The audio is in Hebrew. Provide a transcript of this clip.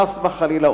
חס וחלילה,